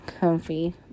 comfy